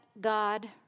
God